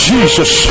Jesus